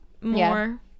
more